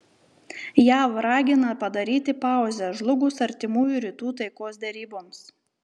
jav ragina padaryti pauzę žlugus artimųjų rytų taikos deryboms